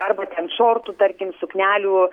arba ten šortų tarkim suknelių